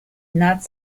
not